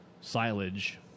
silage